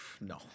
No